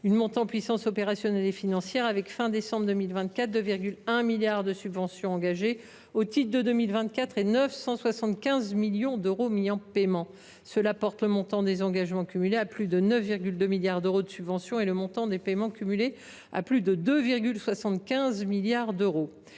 une montée en puissance opérationnelle et financière. À la fin de 2024, 2,1 milliards d’euros de subventions avaient été engagés au titre de 2024 et 975 millions d’euros avaient été mis en paiement. Cela porte le montant des engagements cumulés à plus de 9,2 milliards d’euros de subventions et celui des paiements cumulés à plus de 2,75 milliards d’euros.